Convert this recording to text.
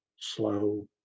slow